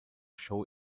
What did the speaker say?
show